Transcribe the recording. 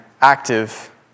active